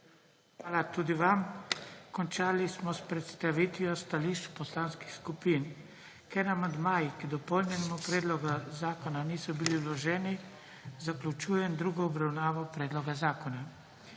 Hvala tudi vam. Končali smo s predstavitvijo stališč poslanskih skupin. Ker amandmaji k dopolnjenemu predlogu zakona niso bili vloženi, zaključujem drugo obravnavo predloga zakona.